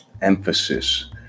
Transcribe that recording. emphasis